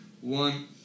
one